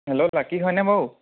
hello Lucky হয়নে বাৰু